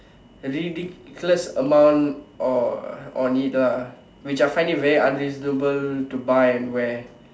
ridiculous amount on on it lah which I find it very unreasonable to buy and wear